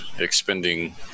expending